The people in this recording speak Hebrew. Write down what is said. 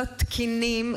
לא תקינים,